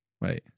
Wait